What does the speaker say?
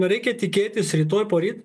reikia tikėtis rytoj poryt